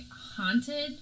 haunted